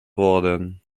worden